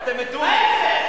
ההיפך,